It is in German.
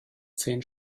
zehn